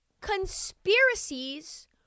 conspiracies